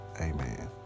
Amen